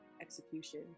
execution